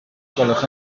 gwelwch